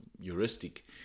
heuristic